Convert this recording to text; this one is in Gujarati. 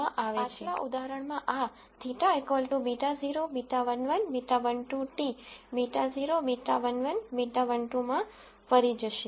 તેથી પાછલા ઉદાહરણમાં આ θ β0 β11β12 T β0 β11β12 માં ફરી જશે